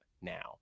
now